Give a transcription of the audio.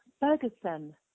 Ferguson